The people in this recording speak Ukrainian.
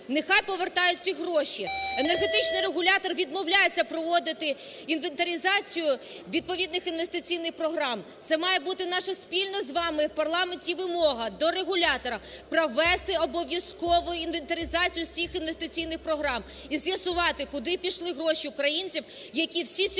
нехай повертають ці гроші. Енергетичний регулятор відмовляється проводити інвентаризацію відповідних інвестиційних програм. Це має бути наша спільна з вами в парламенті вимога до регулятора: провести обов'язкову інвентаризацію всіх інвестиційних програм і з'ясувати, куди пішли гроші українців, які всі ці